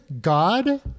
God